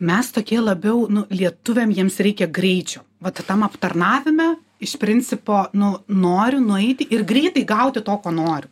mes tokie labiau lietuviam jiems reikia greičio vat tam aptarnavime iš principo nu noriu nueiti ir greitai gauti to ko noriu